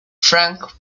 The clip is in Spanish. frank